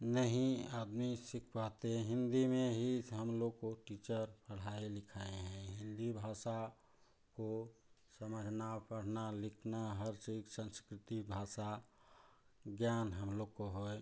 नहीं आदमी सीख पाते हिन्दी में ही हमलोग को टीचर पढ़ाए लिखाए हैं हिन्दी भाषा को समझना पढ़ना लिखना हर चीज़ सँस्कृति भाषा ज्ञान हमलोग को होए